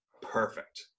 perfect